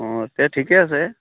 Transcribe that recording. অঁ তেন্তে ঠিকে আছে